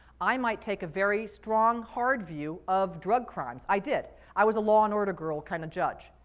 i might take a very strong, hard view of drug crimes. i did. i was a law and order girl kind of judge,